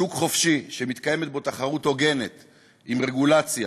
שוק חופשי שמתקיימת בו תחרות הוגנת עם רגולציה